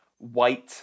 white